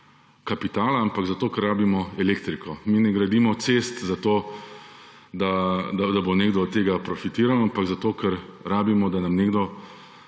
kapitala, ampak zato, ker rabimo elektriko. Mi ne gradimo cest zato, da bo nekdo od tega profitiral, ampak zato, ker rabimo, da nam lahko